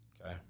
Okay